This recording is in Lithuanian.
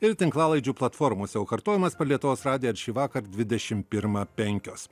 ir tinklalaidžių platformose o kartojimas per lietuvos radiją ir šįvakar dvidešim pirmą penkios